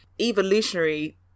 evolutionary